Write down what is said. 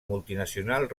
multinacional